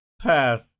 Pass